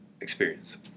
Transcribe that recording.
experience